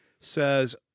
says